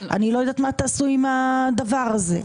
אני לא יודעת מה תעשו עם הדבר הזה.